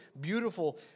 beautiful